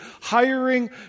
hiring